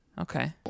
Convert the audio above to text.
Okay